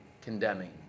condemning